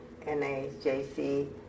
NAJC